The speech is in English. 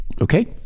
Okay